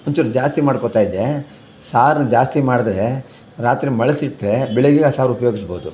ಒಂಚೂರು ಜಾಸ್ತಿ ಮಾಡ್ಕೊತಾಯಿದ್ದೆ ಸಾರು ಜಾಸ್ತಿ ಮಾಡಿದ್ರೆ ರಾತ್ರಿ ಮಳ್ಳಸಿಟ್ರೆ ಬೆಳಿಗ್ಗೆ ಆ ಸಾರು ಉಪಯೋಗಿಸ್ಬೋದು